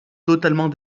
totalement